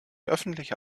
öffentliche